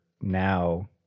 now